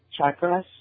chakras